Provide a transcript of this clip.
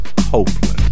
Hopeless